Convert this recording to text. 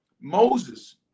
Moses